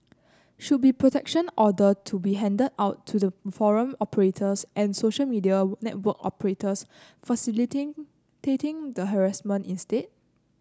should be protection order to be handed out to the forum operators and social media network operators the harassment instead